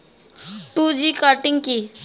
Two G cutting কি?